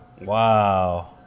wow